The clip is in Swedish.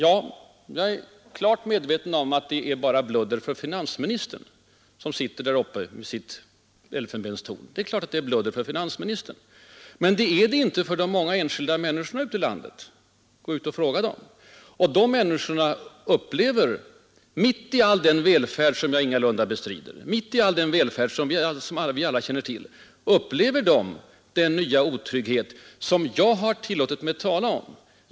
Ja, jag är klart medveten om att det är bara ”bludder” för finansministern, som sitter där uppe i sitt elfenbenstorn. Men det är det inte för de många enskilda människorna ute i landet. Gå ut och fråga dem! De människorna upplever, mitt i all den välfärd som jag ingalunda bestrider att den finns och som vi alla känner till, den otrygghet som jag har tillåtit mig att tala om.